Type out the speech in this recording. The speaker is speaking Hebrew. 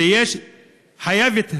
שחייבת הממשלה,